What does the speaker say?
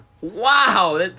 Wow